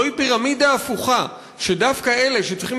זו פירמידה הפוכה: דווקא אלה שצריכים